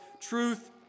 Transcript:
truth